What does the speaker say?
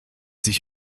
sich